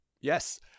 Yes